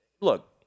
look